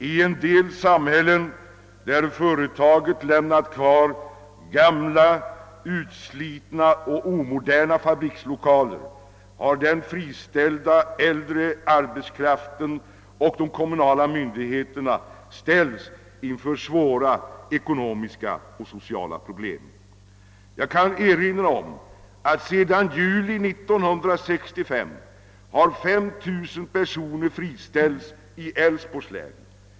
I en del samhällen, där företagen lämnat kvar gamla, utslitna och omoderna fabrikslokaler, har den friställda äldre arbetskraften och de kommunala myndigheterna ställts inför svåra ekonomiska och sociala problem. Sedan juli 1965 har 5000 personer friställts i Älvsborgs län.